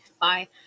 Bye